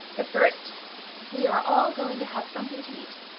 but first we are all going to have something to eat.